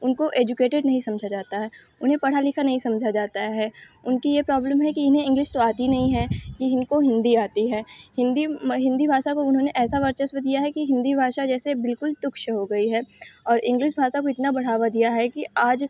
उनको एजुकेटेड नहीं समझा जाता है उन्हें पढ़ा लिखा नहीं समझा जाता है उनकी ये प्राब्लम है कि इन्हें इंग्लिश तो आती नहीं है ये इनको हिन्दी आती है हिन्दी हिन्दी भाषा को उन्होंने ऐसा वर्चस्व दिया है कि हिन्दी भाषा जैसे बिल्कुल तुच्छ हो गई है और इंग्लिस भाषा को इतना बढ़ावा दिया है कि आज